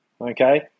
okay